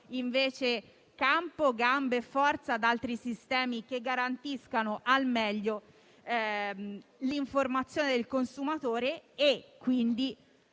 invece campo, gambe e forza ad altri sistemi che garantiscano al meglio l'informazione del consumatore e quindi